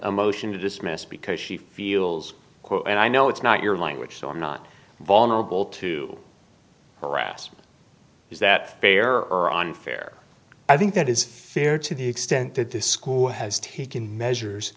a motion to dismiss because she feels and i know it's not your language so i'm not vulnerable to harassment is that fair or unfair i think that is fair to the extent that the school has taken measures